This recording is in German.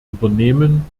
übernehmen